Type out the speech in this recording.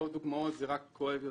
זה רק כואב יותר.